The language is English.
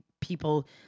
people